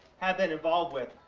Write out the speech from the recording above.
have been involved with.